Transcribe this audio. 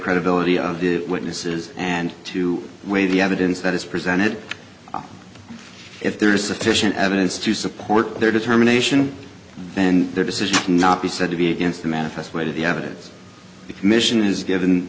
credibility of the witnesses and to weigh the evidence that is presented if there is sufficient evidence to support their determination then their decision cannot be said to be against the manifest weight of the evidence the commission is given